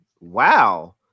Wow